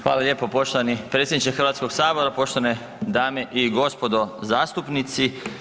Hvala lijepo poštovani predsjedniče Hrvatskoga sabora, poštovane dame i gospodo zastupnici.